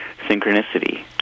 Synchronicity